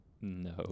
No